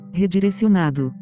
redirecionado